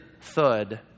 thud